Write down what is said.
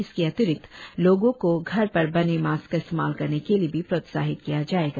इसके अतिरिक्त लोगो को घर पर बने मास्क का इस्तेमाल करने के लिए भी प्रोत्साहित किया जाएगा